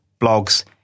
blogs